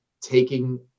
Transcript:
taking